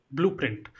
Blueprint